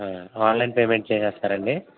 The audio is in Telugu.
ఆన్లైన్ పేమెంట్ చేస్తారా అండి